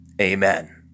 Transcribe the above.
amen